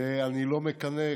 ואני לא מקנא.